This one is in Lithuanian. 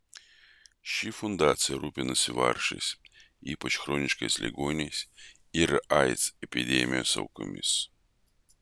ši fundacija rūpinasi vargšais ypač chroniškais ligoniais ir aids epidemijos aukomis